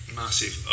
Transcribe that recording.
massive